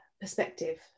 perspective